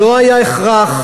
לא היה הכרח.